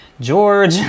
George